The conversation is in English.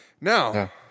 Now